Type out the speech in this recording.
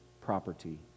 property